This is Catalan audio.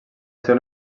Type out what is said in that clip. ser